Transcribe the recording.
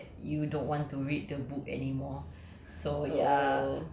I heard rumour that you don't want to read the book anymore